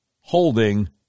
holding